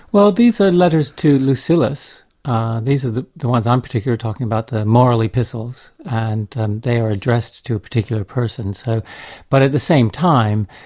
well these are letters to lucilius these are the the ones i'm particularly talking about, the moral epistles, and and they're addressed to a particular person. so but at the same time